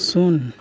ᱥᱩᱱ